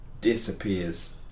disappears